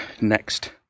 next